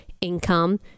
income